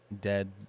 dead